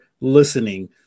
listening